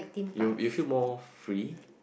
you'll if you feel more free